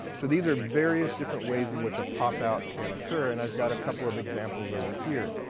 so these are various different ways in which a popout can occur. and i've got a couple of examples over here.